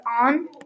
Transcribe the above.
on